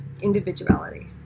individuality